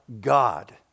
God